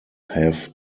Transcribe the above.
have